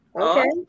Okay